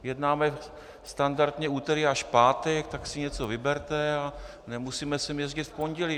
Jednáme standardně v úterý až pátek, tak si něco vyberte a nemusíme sem jezdit v pondělí.